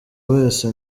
wese